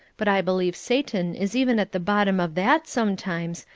but i believe satan is even at the bottom of that sometimes,